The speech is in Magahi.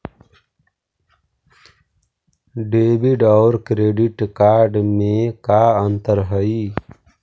डेबिट और क्रेडिट कार्ड में का अंतर हइ?